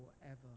forever